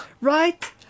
Right